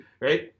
Right